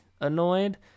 annoyed